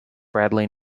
bradley